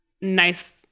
nice